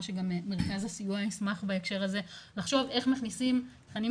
שגם מרכז הסיוע ישמח בהקשר הזה לחושב איך מכניסים תכנים